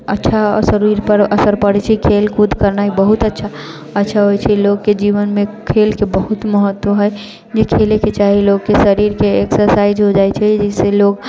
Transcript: अच्छा शरीर पर असर पड़ैत छै खेल कूद करनाइ बहुत अच्छा अच्छा होइत छै लोककेँ जीवनमे खेलके बहुत महत्व हइ खेलेके चाही लोककेँ शरीरके एक्सर्सायज हो जाइत छै जाहिसे लोग